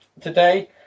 today